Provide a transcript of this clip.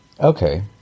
Okay